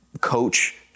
coach